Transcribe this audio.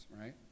right